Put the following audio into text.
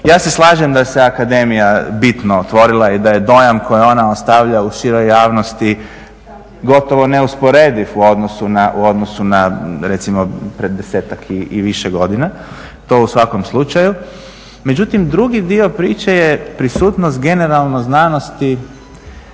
Ja se slažem da se akademija bitno otvorila i da je dojam koji ona ostavlja u široj javnosti gotovo neusporediv u odnosu na prije 10-ak i više godina, to u svakom slučaju. Međutim, drugi dio priče je prisutnost generalno znanosti,